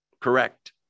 Correct